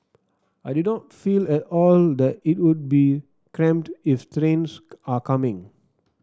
I did not feel at all that it would be cramped if trains are coming